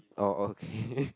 oh okay